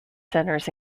centres